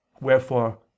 Wherefore